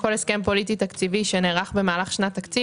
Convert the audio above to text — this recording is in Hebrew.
כל הסכם פוליטי תקציבי שנערך במהלך שנת תקציב